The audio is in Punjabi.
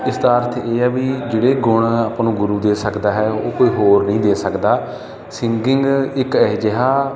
ਇਸ ਦਾ ਅਰਥ ਇਹ ਹੈ ਵੀ ਜਿਹੜੇ ਗੁਣ ਆਪਾਂ ਨੂੰ ਗੁਰੂ ਦੇ ਸਕਦਾ ਹੈ ਉਹ ਕੋਈ ਹੋਰ ਨਹੀਂ ਦੇ ਸਕਦਾ ਸਿੰਗਿੰਗ ਇੱਕ ਅਜਿਹਾ